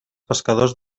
pescadors